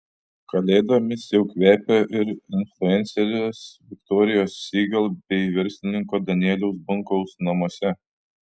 kalėdomis jau kvepia ir influencerės viktorijos siegel bei verslininko danieliaus bunkaus namuose